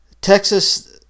Texas –